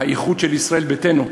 האיחוד עם ישראל ביתנו,